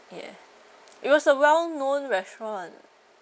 yeah it was a well known restaurant